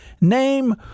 name